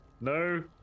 No